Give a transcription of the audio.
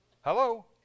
Hello